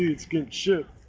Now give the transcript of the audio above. it's getting shipped.